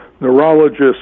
neurologists